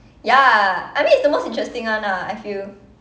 ya I mean it's the most interesting one ah I feel